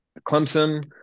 Clemson